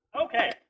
Okay